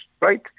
Right